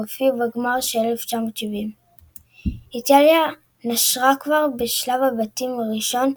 שהופיעו בגמר של 1970. איטליה נשרה כבר בשלב הבתים הראשון,